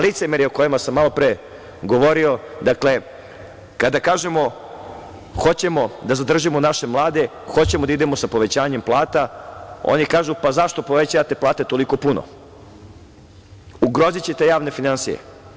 Licemerje o kojem sam malo pre govorio, kada kažemo da hoćemo da zadržimo naše mlade, da hoćemo da idemo sa povećanjem plata, oni kažu - zašto povećavate plate toliko puno, ugrozićete javne finansije.